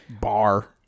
bar